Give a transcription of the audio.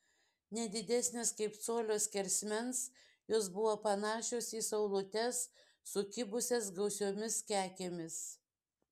ne didesnės kaip colio skersmens jos buvo panašios į saulutes sukibusias gausiomis kekėmis